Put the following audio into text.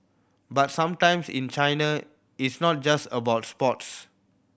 but sometimes in China it's not just about sports